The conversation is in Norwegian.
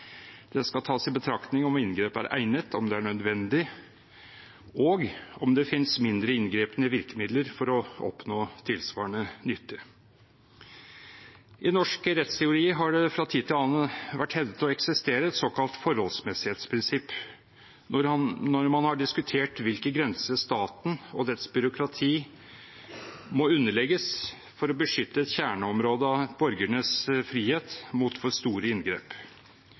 Det skal tas i betraktning om inngrepet er egnet, om det er nødvendig, og om det finnes mindre inngripende virkemidler for å oppnå tilsvarende nytte.» I norsk rettsteori har det fra tid til annen vært hevdet å eksistere et såkalt forholdsmessighetsprinsipp når man har diskutert hvilke grenser staten og dets byråkrati må underlegges for å beskytte et kjerneområde av borgernes frihet mot for store inngrep.